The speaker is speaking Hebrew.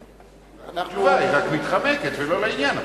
קיבלתי, רק מתחמקת ולא לעניין.